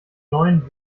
neuen